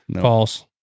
False